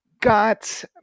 got